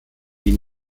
die